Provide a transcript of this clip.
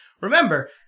Remember